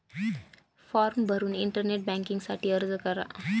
form भरून internet banking साठी अर्ज करा